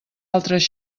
altres